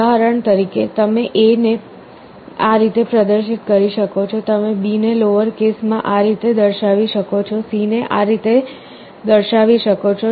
ઉદાહરણ તરીકે તમે A ને આ રીતે પ્રદર્શિત કરી શકો છો તમે b ને લોવર કેસ માં આ રીતે દર્શાવી શકો છો C ને આ રીતે દર્શાવી શકો છો